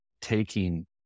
taking